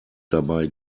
dabei